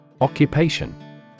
Occupation